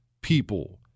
people